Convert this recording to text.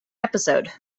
episode